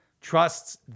trusts